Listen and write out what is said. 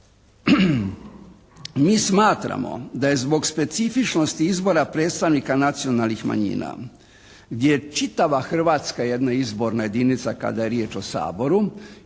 Mi smatramo da je zbog specifičnosti izbora predstavnika nacionalnih manjina gdje je čitava Hrvatska jedna izborna jedinica kada je riječ o Saboru